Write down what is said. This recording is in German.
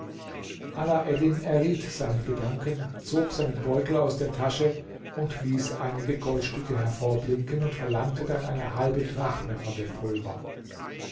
alaeddin erriet seine gedanken zog seinen beutel aus der tasche ließ einige goldstücke hervorblinken und verlangte dann eine halbe drachme von dem pulver